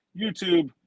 YouTube